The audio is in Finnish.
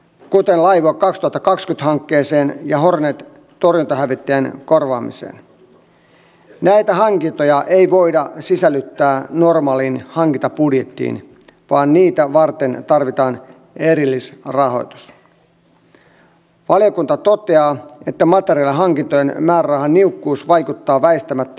kuten tuossa päivällisessä keskustelussa tuli esiin niin kyllähän sisäministeri orpo sai hyvin paljon kehuja hyvin hoidetusta työstä erittäin vaikeana poikkeuksellisenkin vaikeana aikana johon ei kyllä suomessa oltu osattu varautua